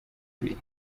ibiri